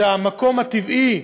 שהמקום הטבעי,